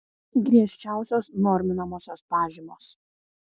griežčiausios norminamosios pažymos